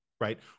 right